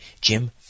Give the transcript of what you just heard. Jim